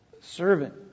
Servant